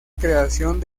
creación